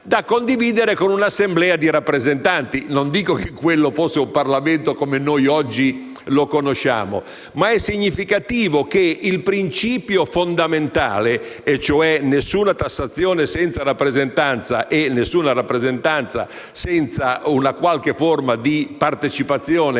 da condividere con un'assemblea di rappresentanti. Non dico che quello fosse un Parlamento come oggi lo conosciamo, ma è significativo che il principio fondamentale, e cioè nessuna tassazione senza rappresentanza e nessuna rappresentanza senza una qualche forma di partecipazione